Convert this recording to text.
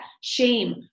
shame